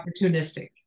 opportunistic